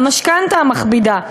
על המשכנתה המכבידה.